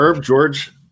George